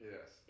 Yes